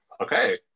Okay